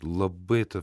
labai ta